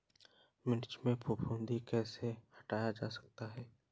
मिर्च में फफूंदी कैसे हटाया जा सकता है?